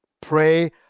Pray